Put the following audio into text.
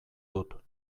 dut